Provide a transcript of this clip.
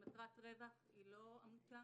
למטרת רווח, היא לא עמותה,